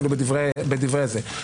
אפילו בדברי ההסבר.